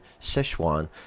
Sichuan